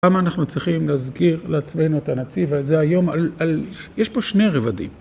למה אנחנו צריכים להזכיר לעצמנו את הנצי"ב הזה, היום, יש פה שני רבדים.